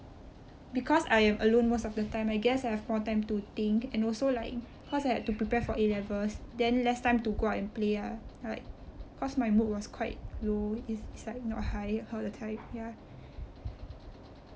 because I am alone most of the time I guess I have more time to think and also like cause I have to prepare for A-levels then less time to go out and play ah like cause my mood was quite low it's like not high all the time ya